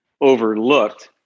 overlooked